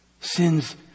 sins